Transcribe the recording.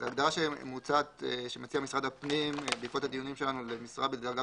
ההגדרה שמציע משרד הפנים בעקבות הדיונים שלנו למשרה בדרגה